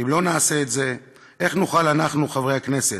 אם לא נעשה את זה, איך נוכל אנחנו, חברי הכנסת,